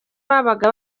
babaga